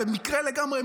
במקרה לגמרי,